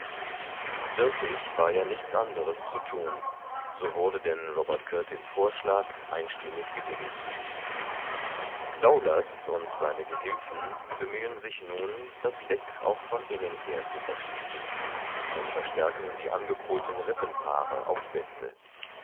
wirklich war ja nichts anderes zu thun so wurde denn robert kurtis vorschlag einstimmig gebilligt daoulas und seine gehilfen bemühen sich nun das leck auch von innen her zu verschließen und verstärken die angekohlten rippenpaare auf's beste